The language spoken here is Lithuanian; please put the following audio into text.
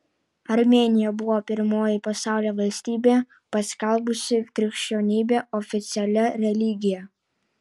armėnija buvo pirmoji pasaulio valstybė paskelbusi krikščionybę oficialia religija